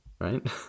right